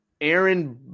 Aaron